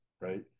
right